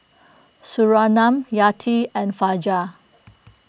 Surinam Yati and Fajar